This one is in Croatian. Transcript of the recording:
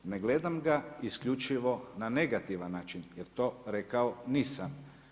Ne gledam ga isključivo na negativan način jer to rekao nisam.